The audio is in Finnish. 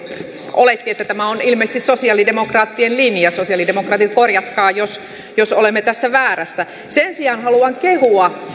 oletti että tämä on ilmeisesti sosialidemokraattien linja sosialidemokraatit korjatkaa jos jos olemme tässä väärässä sen sijaan haluan kehua